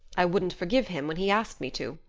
i wouldn't forgive him when he asked me to.